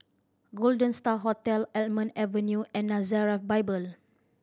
Golden Star Hotel Almond Avenue and Nazareth Bible